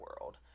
world